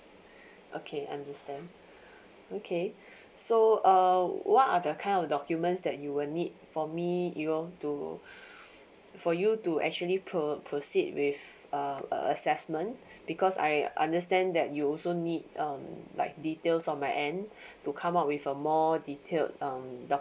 okay understand okay so uh what are the kind of documents that you will need for me you know to for you to actually pro proceed with uh a assessment because I understand that you also need um like details on my end to come up with a more detailed um